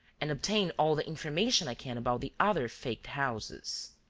and obtain all the information i can about the other faked houses.